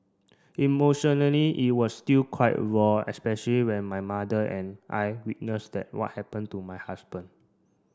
emotionally it was still quite raw especially when my mother and I witnessed that what happened to my husband